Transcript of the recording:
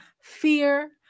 fear